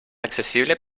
accessible